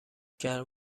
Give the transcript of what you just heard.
گرم